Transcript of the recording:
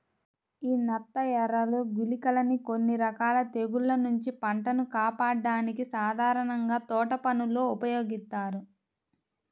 యీ నత్తఎరలు, గుళికలని కొన్ని రకాల తెగుల్ల నుంచి పంటను కాపాడ్డానికి సాధారణంగా తోటపనుల్లో ఉపయోగిత్తారు